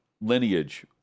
lineage